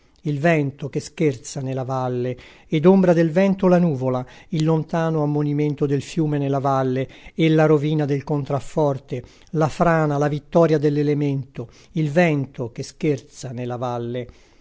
il vento che scherza nella valle ed ombra del vento la nuvola il lontano ammonimento del fiume nella valle e la rovina del contrafforte la frana la vittoria dell'elemento il vento che scherza nella valle